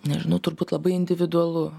nežinau turbūt labai individualu